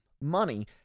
money